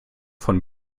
von